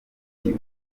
iti